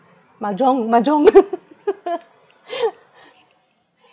mahjong mahjong